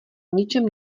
ničem